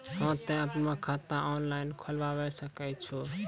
हाँ तोय आपनो खाता ऑनलाइन खोलावे सकै छौ?